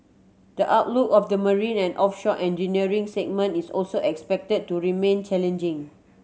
the outlook of the marine and offshore engineering segment is also expected to remain challenging